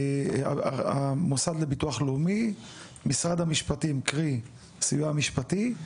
המוסד לביטוח לאומי, משרד המשפטים קרי סיוע משפטי,